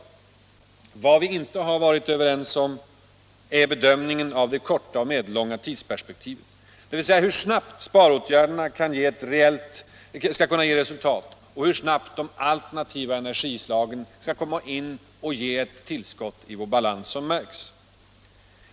tillföra kärnreak Vad vi inte har varit överens om är bedömningen av det korta och tor kärnbränsle, medellånga tidsperspektivet, dvs. hur snabbt sparåtgärderna skall kunna m.m. ge resultat och hur snabbt de alternativa energislagen kan ge ett reellt tillskott i vår balans.